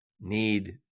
need